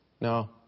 No